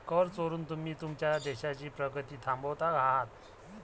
कर चोरून तुम्ही तुमच्या देशाची प्रगती थांबवत आहात